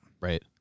Right